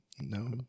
No